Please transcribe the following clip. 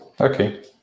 Okay